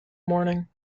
morning